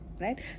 right